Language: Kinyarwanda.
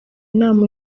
inama